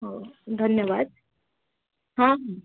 ହଉ ଧନ୍ୟବାଦ ହଁ ହୁଁ